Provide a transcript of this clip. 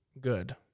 good